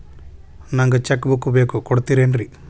ನಂಗ cheque book ಬೇಕು ಕೊಡ್ತಿರೇನ್ರಿ?